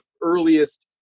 earliest